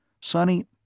Sonny